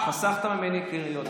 חסכת ממני קריאות.